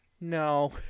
No